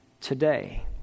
today